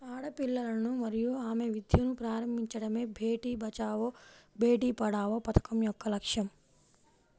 ఆడపిల్లలను మరియు ఆమె విద్యను ప్రారంభించడమే బేటీ బచావో బేటి పడావో పథకం యొక్క లక్ష్యం